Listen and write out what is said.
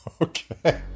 Okay